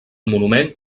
monument